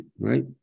right